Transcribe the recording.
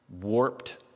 warped